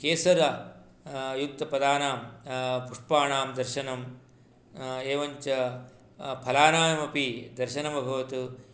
केसर युक्तपदानां पुष्पाणां दर्शनम् एवञ्च फलानामपि दर्शनम् अभवत्